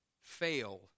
Fail